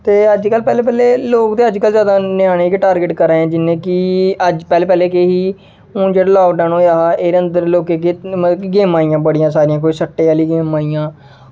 ते अज्ज कल पैह्ले पैह्ले लोग ते जादा उ'नें गी टारगेट करा दे जि'यां कि पैह्लें केह् हा हून जेह्ड़ा लॉकडाउन होया हा एह्दे अन्दर लोकें केह् मतलब गेमां आइयां बड़ियां सारियां कोई सट्टे आह्लियां गेमां आइयां